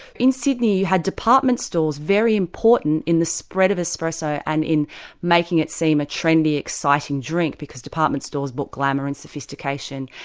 in sydney you had department stores very important in the spread of espresso and in making it seem a trendy, exciting drink, because department stores brought glamour and sophistication,